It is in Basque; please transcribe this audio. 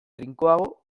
trinkoago